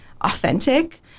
authentic